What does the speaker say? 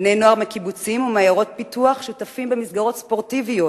בני-נוער מקיבוצים ומעיירות פיתוח שותפים במסגרות ספורטיביות.